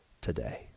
today